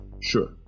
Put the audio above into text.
Sure